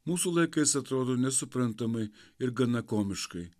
mūsų laikais atrodo nesuprantamai ir gana komiškai